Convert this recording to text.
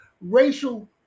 racial